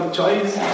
choice